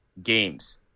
Games